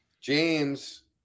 James